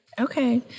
Okay